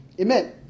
Amen